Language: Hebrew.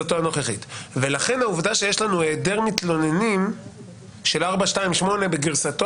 לכן העובדה שיש לנו היעדר מתלוננים של 428 בגרסתו